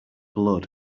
blood